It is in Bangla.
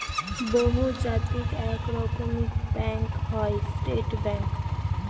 বহুজাতিক এক রকমের ব্যাঙ্ক হয় স্টেট ব্যাঙ্ক